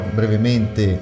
brevemente